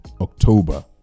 october